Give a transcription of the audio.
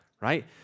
Right